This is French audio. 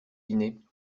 dîner